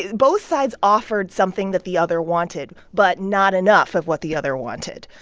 both sides offered something that the other wanted but not enough of what the other wanted.